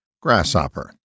Grasshopper